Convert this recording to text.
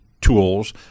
tools